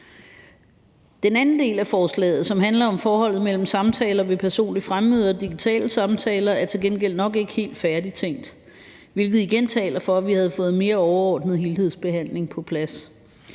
Den anden del af forslaget, som handler om forholdet mellem samtaler ved personligt fremmøde og digitale samtaler, er til gengæld nok ikke helt færdigtænkt, hvilket igen taler for, at vi burde have fået en mere overordnet helhedsbehandling på plads.